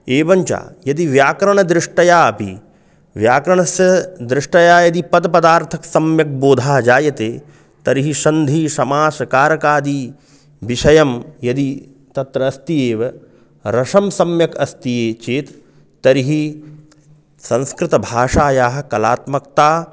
एवञ्च यदि व्याकरणदृष्टया अपि व्याकरणस्य दृष्टया यदि पद्प पदार्थः सम्यक् बोधः जायते तर्हि सन्धिसमासकारकादिविषयं यदि तत्र अस्ति एव रसः सम्यक् अस्ति चेत् तर्हि संस्कृतभाषायाः कलात्मकता